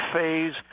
Phase